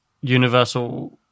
universal